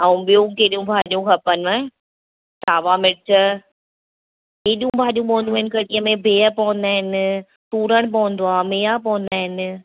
ऐं ॿियूं कहिड़ियूं भाॼियूं खपनिव सावा मिर्च एॾियूं भाॼियूं पवंदियूं आहिनि कढ़ीअ में बिह पवंदा आहिनि पूरण पवंदो आहे मेहा पवंदा आहिनि